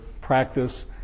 practice